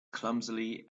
clumsily